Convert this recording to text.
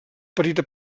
petita